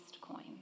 coin